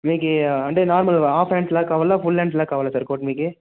మీకు అంటే normal half హాండ్స్లో కావాల లేకపోతే ఫుల్ హాండ్స్లో కావాల సార్ కోట్ మీకు